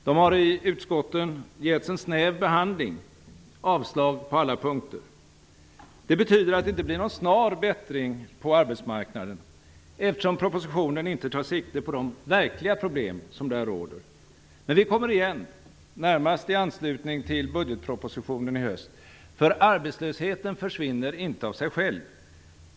De har i utskotten getts en snäv behandling - och man förordar avslag på alla punkter. Det betyder att det inte blir någon snar bättring på arbetsmarknaden, eftersom propositionen inte tar sikte på de verkliga problem som där råder. Men vi kommer igen, närmast i anslutning till budgetpropositionen i höst. För arbetslösheten försvinner inte av sig själv.